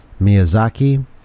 Miyazaki